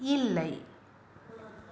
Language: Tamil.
இல்லை